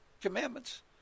commandments